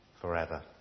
forever